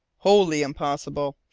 wholly impossible!